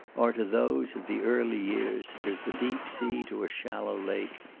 are to those of the early years as the deep sea to a shallow lake,